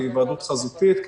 בהיוועדות חזותית,